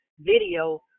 Video